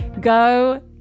go